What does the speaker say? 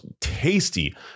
tasty